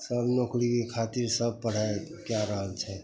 सभ नोकरी खातिर सभ पढ़ाइ कै रहल छै